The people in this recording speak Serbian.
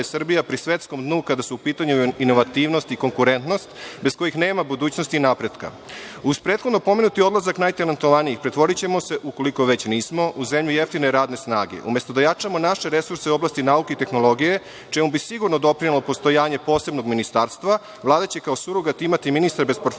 Srbija pri svetskom dnu, kada su u pitanju inovativnosti i konkurentnost, bez kojih nema budućnosti i napretka. Uz prethodno pomenuti odlazak najtalentovanijih, pretvorićemo se, ukoliko već nismo, u zemlju jeftine radne snage. Umesto da jačamo naše resurse u oblasti nauke i tehnologije, čemu bi sigurno doprinelo postojanje posebnog ministarstva, Vlada će kao surogat imati ministra bez portfelja